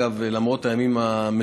יואב קיש (הליכוד): תודה, היושבת בראש.